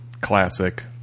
classic